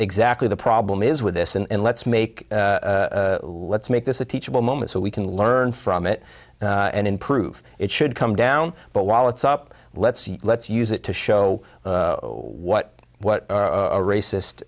exactly the problem is with this and let's make let's make this a teachable moment so we can learn from it and improve it should come down but while it's up let's see let's use it to show what what a racist